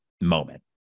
moment